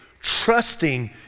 trusting